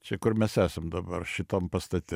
čia kur mes esam dabar šitam pastate